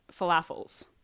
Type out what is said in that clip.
Falafels